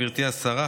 גברתי השרה,